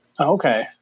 Okay